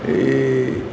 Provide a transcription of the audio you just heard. ഈ